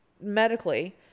medically